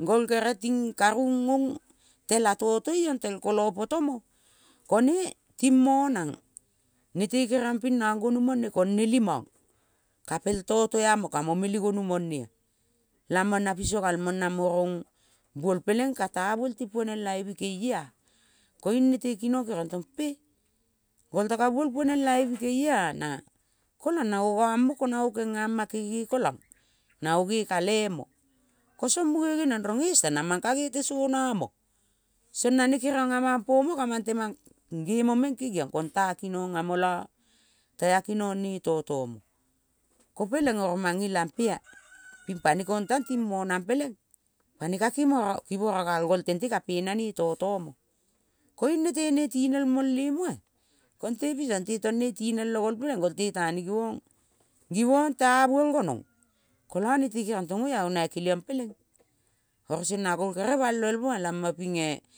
Gol kere ting karung ong tela toto long tel kolo potomo kone ting monang nete keriong ping nang gonu mone ko neli mong kapel toto amo kamo meli gonu monea. Lamong na piso galm on namo rong buol peleng kata buol ti ponelave bi keiea. Koiung nete kinong keriong tong pe, golta ka buol ponelave bi keiea na kolang na go gamo ko nang kengama kege kolang na go ge kalemo. Kosong muge geniong rong esa namang ka gete sona mo. Song nane keriong amang pomo kamang temang gemo meng kegiang. Konta kinong amo la tea kinong ne toto mo. Ko peleng oro mange lampea ping pane kong tang ting monang peleng pane ka (kimora) kivora gal gol tente kapenane toto mo. Koiung nete ne tinel mole moa. Konte piso tente ne tinel o gol peleng golte tane givong ta buol gonong. Kola nete keriong tong oia oro nae keliang peleng oro song na gol kere balbel moa lamapinge.